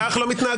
ככה לא מתנהגים?